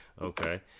Okay